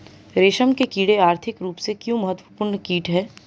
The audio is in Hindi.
रेशम के कीड़े आर्थिक रूप से क्यों महत्वपूर्ण कीट हैं?